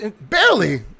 Barely